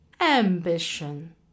ambition